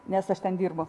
nes aš ten dirbu